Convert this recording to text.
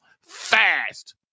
fast